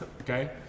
Okay